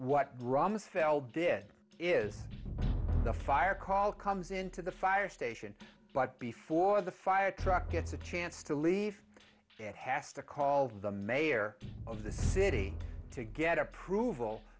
what rumsfeld did is the fire call comes into the fire station but before the fire truck gets a chance to leave it has to call the mayor of the city to get approval